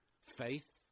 faith